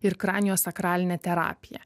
ir kraniosakralinę terapiją